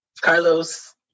Carlos